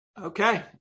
Okay